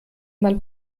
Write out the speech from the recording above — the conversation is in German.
man